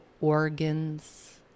organs